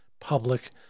public